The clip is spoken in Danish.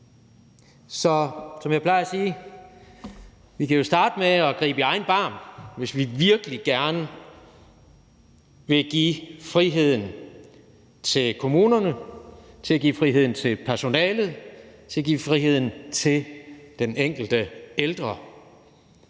Som jeg plejer at sige: Vi kan jo starte med at gribe i egen barm, hvis vi virkelig gerne vil give friheden til kommunerne, give friheden til personalet og give friheden til den enkelte ældre.